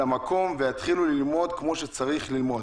למקום ויתחילו ללמוד כמו שצריך ללמוד?